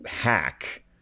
hack